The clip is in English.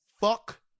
fuck